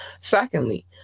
Secondly